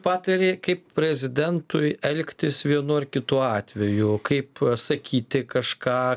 patari kaip prezidentui elgtis vienu ar kitu atveju kaip sakyti kažką